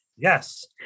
Yes